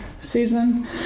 season